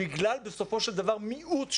בגלל בסופו של דבר מיעוט,